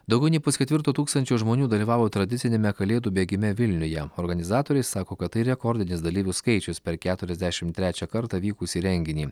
daugiau nei pusketvirto tūkstančio žmonių dalyvavo tradiciniame kalėdų bėgime vilniuje organizatoriai sako kad tai rekordinis dalyvių skaičius per keturiasdešim trečią kartą vykusį renginį